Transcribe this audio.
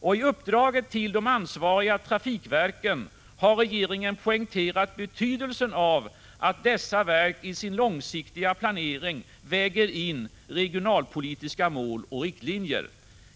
I uppdraget till de ansvariga trafikverken har regeringen poängterat betydelsen av att dessa verk i sin långsiktiga planering väger in regionalpolitiska mål och riktlinjer.